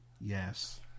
Yes